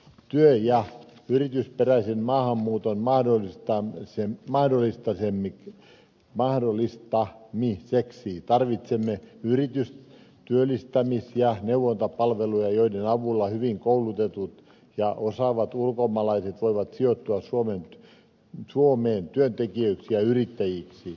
työ ja yritysperäisen maahanmuuton mahdollistamiseksi tarvitsemme yritys työllistämis ja neuvontapalveluja joiden avulla hyvin koulutetut ja osaavat ulkomaalaiset voivat sijoittua suomeen työntekijöiksi ja yrittäjiksi